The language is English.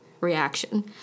reaction